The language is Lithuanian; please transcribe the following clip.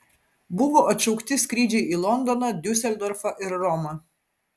buvo atšaukti skrydžiai į londoną diuseldorfą ir romą